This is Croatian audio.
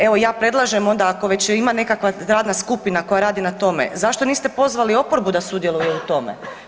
Evo ja predlažem onda ako već ima nekakva radna skupina koja radi na tome, zašto niste pozvati oporbu da sudjeluju u tome?